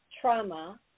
trauma